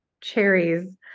cherries